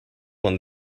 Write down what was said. one